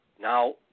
Now